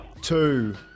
two